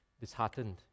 disheartened